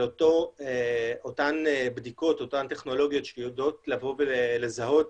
אבל אותן בדיקות, אותן טכנולוגיות שיודעות לזהות